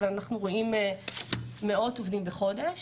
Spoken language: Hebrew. אבל אנחנו רואים מאות עובדים בחודש